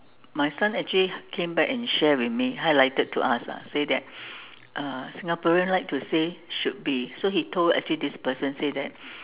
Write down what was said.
my son actually came back and share with me highlighted to us ah say that uh Singaporean like to say should be so he told actually this person said that